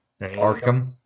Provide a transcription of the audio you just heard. Arkham